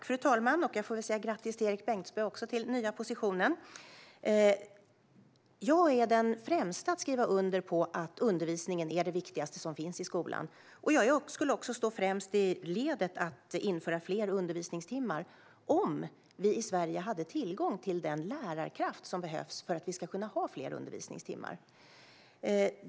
Fru talman! Jag får säga grattis också till Erik Bengtzboe till den nya positionen. Jag är den främsta att skriva under på att undervisningen är det viktigaste som finns i skolan. Jag skulle också stå främst i ledet för att införa fler undervisningstimmar om vi i Sverige hade tillgång till den lärarkraft som behövs för att vi ska kunna ha fler undervisningstimmar.